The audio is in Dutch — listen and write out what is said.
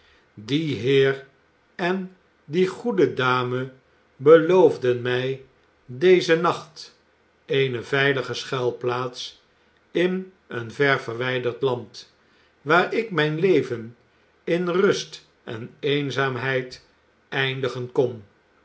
die heer en die goede dame beloofden mij dezen nacht eene veilige schuilplaats in een ver verwijderd land waar ik mijn leven in rust en eenzaamheid eindigen kon